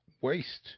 waste